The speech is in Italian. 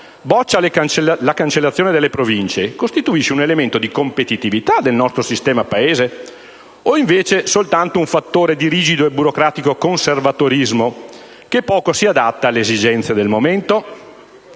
boccia la cancellazione delle province costituisce un elemento di competitività del nostro sistema Paese? O, invece, è soltanto un fattore di rigido e burocratico conservatorismo che poco si adatta alle esigenze del momento?